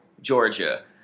Georgia